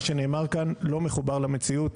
מה שנאמר כאן לא מחובר למציאות.